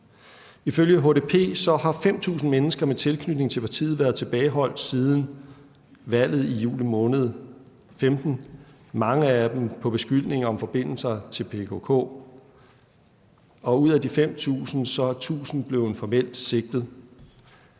Ifølge HDP har 5.000 mennesker med tilknytning til partiet været tilbageholdt siden valget i juni måned, mange af dem for beskyldninger om forbindelser til PKK. Ud af de 5.000 er 1.000 blevet formelt sigtet.